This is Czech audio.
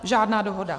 Žádná dohoda.